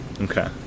Okay